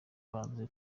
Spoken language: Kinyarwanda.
banze